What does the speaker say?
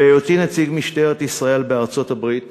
בעת היותי נציג משטרת ישראל בארצות-הברית